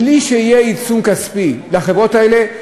בלי שיהיה עיצום כספי לחברות האלה,